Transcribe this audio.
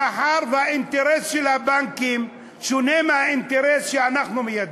האינטרס של הבנקים שונה מהאינטרס שאנחנו מייצגים,